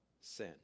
sin